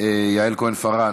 יעל כהן-פארן,